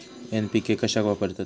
NPK कशाक वापरतत?